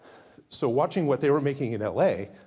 so watching what they were making in l a,